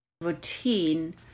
routine